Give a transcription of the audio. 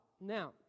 Now